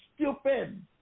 stupid